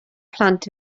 plant